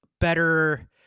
better